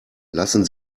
lassen